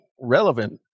relevant